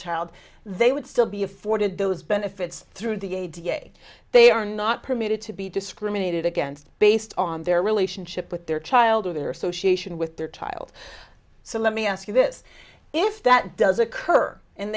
child they would still be afforded those benefits through the a da they are not permitted to be discriminated against based on their relationship with their child or their association with their child so let me ask you this if that does occur and